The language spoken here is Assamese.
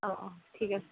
অ ঠিক আছে